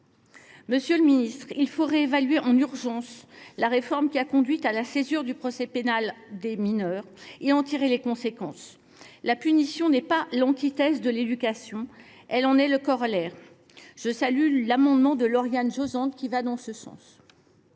Monsieur le garde des sceaux, il faut réévaluer en urgence la réforme qui a conduit à la césure du procès pénal des mineurs et en tirer les conséquences. La punition n’est pas l’antithèse de l’éducation, elle en est le corollaire. Je salue l’amendement de Lauriane Josende, dont les